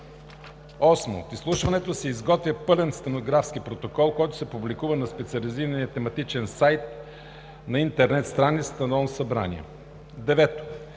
8. От изслушването се изготвя пълен стенографски протокол, който се публикува на специализирания тематичен сайт на интернет страницата на Народното събрание. 9.